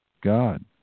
God